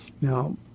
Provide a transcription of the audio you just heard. Now